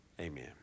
Amen